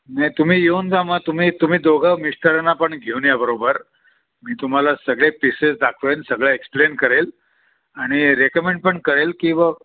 नाही तुम्ही येऊन जा मग तुम्ही तुम्ही दोघं मिस्टरांना पण घेऊन या बरोबर मी तुम्हाला सगळे पीसेस दाखवेन सगळं एक्सप्लेन करेल आणि रेकमेंड पण करेल की ब